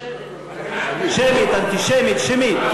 שמית, אנטישמית, שמית.